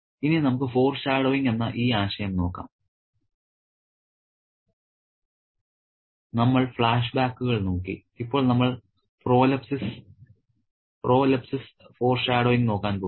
ഇനി നമുക്ക് ഫോർഷാഡോയിങ് എന്ന ഈ ആശയം നോക്കാം ഞങ്ങൾ ഫ്ലാഷ്ബാക്കുകൾ നോക്കി ഇപ്പോൾ നമ്മൾ പ്രൊലെപ്സിസ് ഫോർഷാഡോയിങ് നോക്കാൻ പോകുന്നു